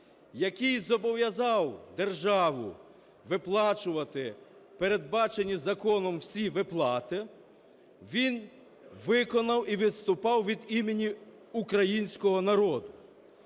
який зобов'язав державу виплачувати передбачені законом всі виплати, він виконав і виступав від імені українського народу.